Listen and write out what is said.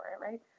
right